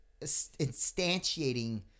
instantiating